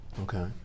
Okay